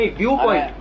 viewpoint